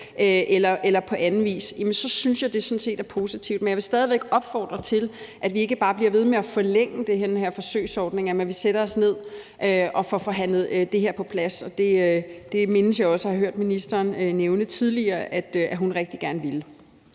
eller andet, synes jeg sådan set, det er positivt. Men jeg vil stadig væk opfordre til, at vi ikke bare bliver ved med at forlænge den her forsøgsordning, men sætter os ned og får forhandlet det her på plads. Det mindes jeg også at have hørt ministeren nævne tidligere at hun rigtig gerne ville.